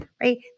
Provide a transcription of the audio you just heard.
Right